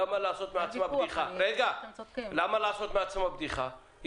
למה לעשות מעצמה בדיחה.